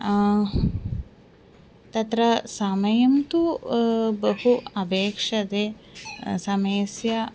तत्र समयं तु बहु अपेक्षते समयस्य